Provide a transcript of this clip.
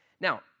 Now